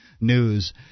news